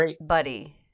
Buddy